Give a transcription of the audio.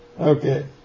Okay